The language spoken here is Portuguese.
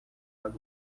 água